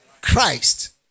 Christ